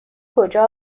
کجا